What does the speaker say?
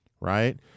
Right